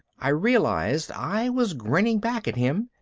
i realized i was grinning back at him,